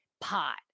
pot